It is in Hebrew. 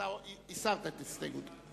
הסרת את הסתייגותך?